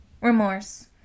remorse